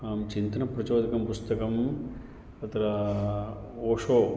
अहं चिन्तनप्रचोदिकं पुस्तकं तत्र ओशो